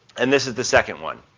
and this is the second one.